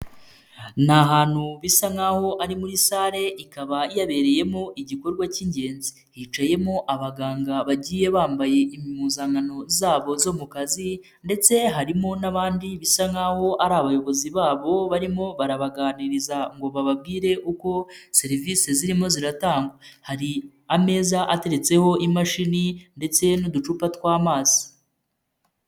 Ni ahantutu bisa nk'aho ari muri sale ikaba yabereyemo igikorwa cy'ingenzi, hicayemo abaganga bagiye bambaye impuzankano zabo zo mu kazi ndetse harimo n'abandi bisa nkahoa ari abayobozi babo barimo barabaganiriza ngo bababwire uko serivisi zirimo ziratangwa, hari ameza ateretseho imashini ndetse n'uducupa tw'amazi.